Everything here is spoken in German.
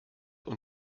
und